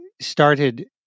started